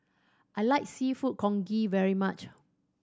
I like Seafood Congee very much